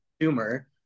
consumer